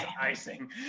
icing